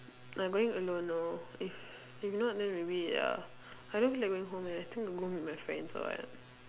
I'm going alone lor if if not then maybe uh I don't feel like going home eh I think I go meet my friends or what